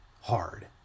hard